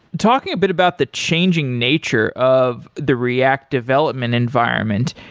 talking a bit about the changing nature of the react development environment,